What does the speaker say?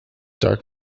dark